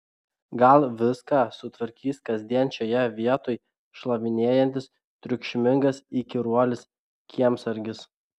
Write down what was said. gal viską sutvarkys kasdien šioje vietoj šlavinėjantis triukšmingas įkyruolis kiemsargis